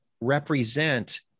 represent